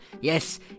Yes